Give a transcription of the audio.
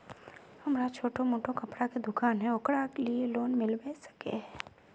हमरा छोटो मोटा कपड़ा के दुकान है ओकरा लिए लोन मिलबे सके है?